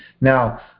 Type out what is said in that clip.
now